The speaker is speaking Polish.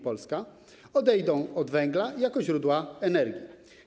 Polska, odejdą od węgla jako źródła energii.